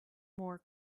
more